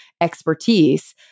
expertise